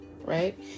right